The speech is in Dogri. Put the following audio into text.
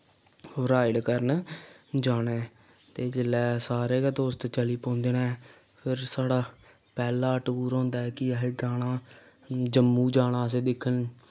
राइड करन जाना ऐ तेेजिल्लै सारे गै दोस्त चली पौंदे नै फिर साढ़ा पैह्ला टूर होंदा ऐ कि असैं जाना जम्मू जाना असें दिक्खन